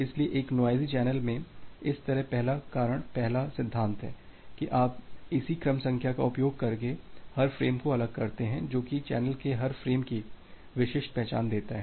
इसलिए एक noisy channel में इस तरह पहला कारण पहला सिद्धांत है कि आप इसी क्रम संख्या का उपयोग करके हर फ्रेम को अलग करते हैं जो कि चैनल के हर फ्रेम की विशिष्ट पहचान देता है